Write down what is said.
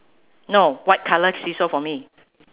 no white colour seesaw for me